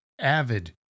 avid